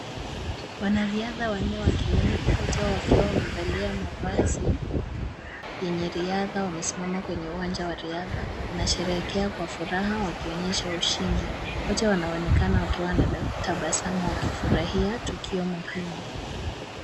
Wanariadha wanne wa kiume wote wakiwa wamevalia mavazi yenye riadha wamesimama kwenye uwanja wa riadha. Wanasherehekea kwa furaha wakionyesha ushindi. Wote wanaonekana wakiwa na tabasamu wakifurahia tukio muhimu.